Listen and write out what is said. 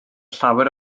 llawer